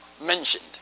mentioned